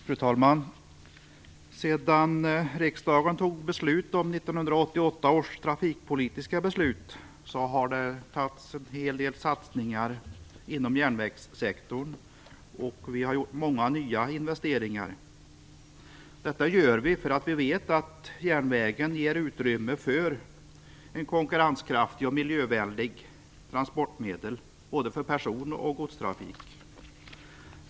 Fru talman! Sedan riksdagen fattade 1988 års trafikpolitiska beslut har det gjorts en hel del satsningar inom järnvägssektorn. Vi har gjort många nya investeringar. Detta har vi gjort därför att vi vet att järnvägen är ett konkurrenskraftigt och miljövänligt transportmedel både för person och godstrafik.